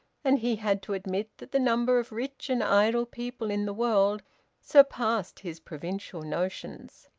and he had to admit that the number of rich and idle people in the world surpassed his provincial notions.